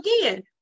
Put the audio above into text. again